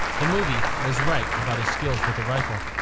the movie was right about his skills with a rifle.